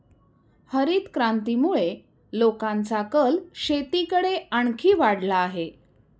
हरितक्रांतीमुळे लोकांचा कल शेतीकडे आणखी वाढला आहे